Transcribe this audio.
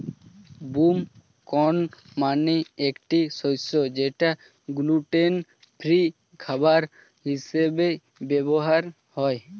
broom corn মানে একটি শস্য যেটা গ্লুটেন ফ্রি খাবার হিসেবে ব্যবহার হয়